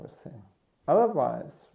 Otherwise